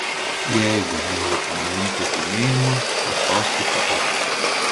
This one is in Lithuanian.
jeigu norite nuimti žymėjimą paspauskite ok